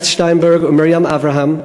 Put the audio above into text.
בת' שטיינברג ומרים אברהם,